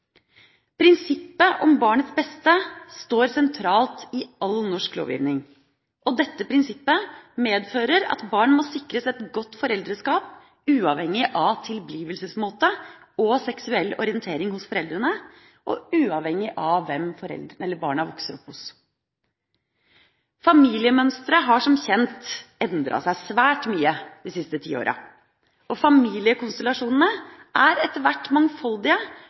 Prinsippet om barnets beste står sentralt i all norsk lovgivning, og dette prinsippet medfører at barn må sikres et godt foreldreskap, uavhengig av tilblivelsesmåte og seksuell orientering hos foreldrene og uavhengig av hvem barna vokser opp hos. Familiemønsteret har, som kjent, endret seg svært mye de siste tiårene. Familiekonstellasjonene er etter hvert mangfoldige